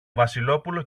βασιλόπουλο